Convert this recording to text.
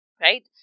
right